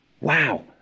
wow